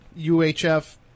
UHF